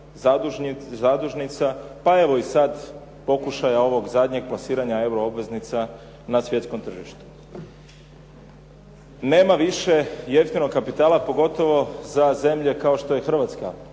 zadužnica, pa evo i sada pokušaja ovog zadnjeg plasiranja euro obveznica na svjetskom tržištu. Nema više jeftinog kapitala pogotovo za zemlje kao što je Hrvatska,